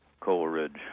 coleridge,